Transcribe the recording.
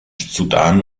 sudan